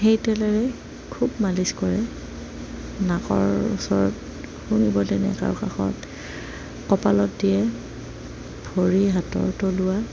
সেই তেলেৰে খুব মালিচ কৰে নাকৰ ওচৰত শুঙিব দিয়ে নাকৰ কাষত কপালত দিয়ে ভৰি হাতৰ তলোৱা